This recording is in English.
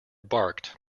barked